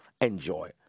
enjoy